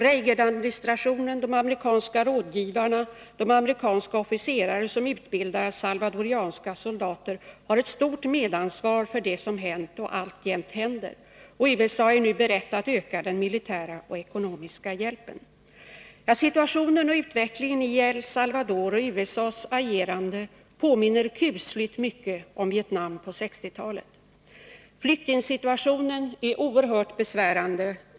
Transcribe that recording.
Reaganadministrationen, de amerikanska rådgivarna, de amerikanska officerare som utbildar salvadoranska soldater har ett stort medansvar för det som hänt och alltjämt händer. USA är nu berett att öka den militära och ekonomiska hjälpen. Situationen och utvecklingen i El Salvador och USA:s agerande påminner kusligt mycket om Vietnam på 1960-talet. Flyktingsituationen är oerhört besvärande.